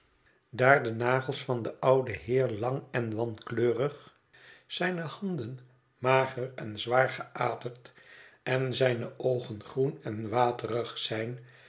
daar de nagels van den ouden heer lang en wankleurig zijne handen mager en zwaar geaderd en zijne oogen groen en waterig zijn